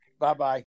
Bye-bye